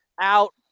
out